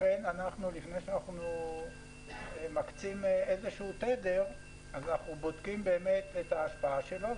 לפני שאנחנו מקצים תדר אז אנחנו בודקים את ההשפעה שלו.